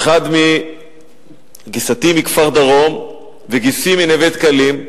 גיסתי מכפר-דרום וגיסי מנווה-דקלים,